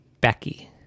Becky